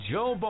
Joe